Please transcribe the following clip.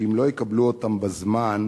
שאם לא יקבלו אותם בזמן,